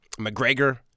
McGregor